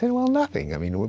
say, well, nothing! i mean,